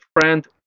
friend